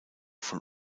von